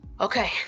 Okay